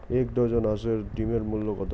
এক ডজন হাঁসের ডিমের মূল্য কত?